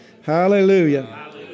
Hallelujah